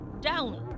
down